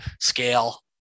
scale